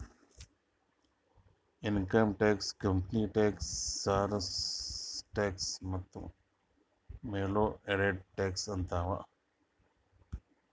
income tax, company tax, sales tax ಮತ್ತ value added tax ಅಂತ್ ಅವಾ